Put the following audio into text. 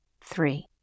Three